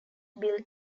bill